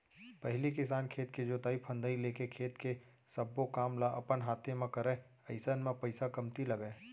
पहिली किसान खेत के जोतई फंदई लेके खेत के सब्बो काम ल अपन हाते म करय अइसन म पइसा कमती लगय